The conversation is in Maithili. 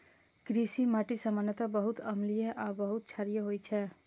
कृषि माटि सामान्यतः बहुत अम्लीय आ बहुत क्षारीय होइ छै